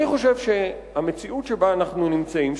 אני חושב שהמציאות שבה אנחנו נמצאים,